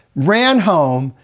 ran home,